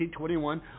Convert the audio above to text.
1921